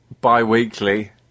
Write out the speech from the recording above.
bi-weekly